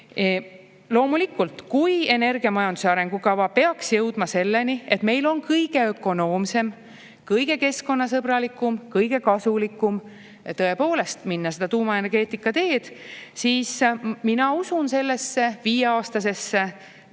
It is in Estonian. Loomulikult, kui energiamajanduse arengukava peaks jõudma selleni, et meil on kõige ökonoomsem, kõige keskkonnasõbralikum ja kõige kasulikum tõepoolest minna tuumaenergeetika teed, siis mina usun sellesse viieaastasesse